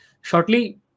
shortly